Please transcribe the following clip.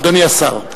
אדוני השר.